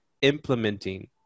implementing